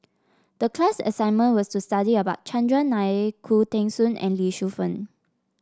the class assignment was to study about Chandran Nair Khoo Teng Soon and Lee Shu Fen